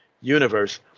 universe